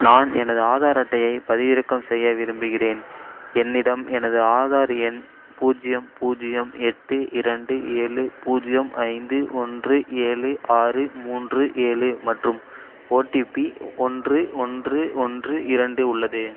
நான் எனது ஆதார் அட்டையைப் பதிவிறக்கம் செய்ய விரும்புகிறேன் என்னிடம் எனது ஆதார் எண் பூஜ்ஜியம் பூஜ்ஜியம் எட்டு இரண்டு ஏழு பூஜ்ஜியம் ஐந்து ஒன்று ஏழு ஆறு மூன்று ஏழு மற்றும் ஓடிபி ஒன்று ஒன்று ஒன்று இரண்டு உள்ளது